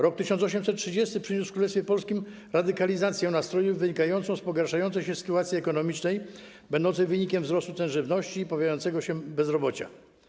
Rok 1830 przyniósł w Królestwie Polskim radykalizację nastrojów wynikającą z pogarszającej się sytuacji ekonomicznej będącej wynikiem wzrostu cen żywności i pojawiającego się bezrobocia.